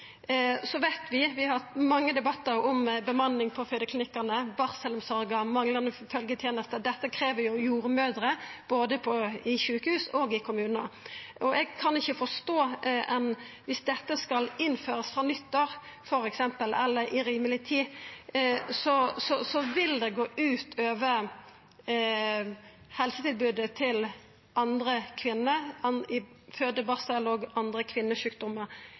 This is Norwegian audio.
Så veit vi at vi har hatt mange debattar om bemanning på fødeklinikkane, om barselomsorga og om manglande følgjeteneste, og at dette krev jordmødrer, både i sjukehus og i kommunar. Om dette f.eks. skal innførast frå nyttår eller innan rimeleg tid, kan eg ikkje forstå anna enn at det vil gå ut over helsetilbodet til andre kvinner i føde og barsel og innan andre kvinnesjukdomar.